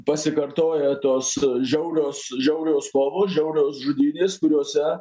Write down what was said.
pasikartojo tos žiaurios žiaurios kovos žiaurios žudynės kuriose